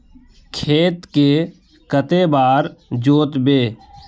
खेत के कते बार जोतबे?